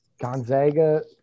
Gonzaga